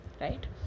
right